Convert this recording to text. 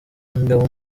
umugabo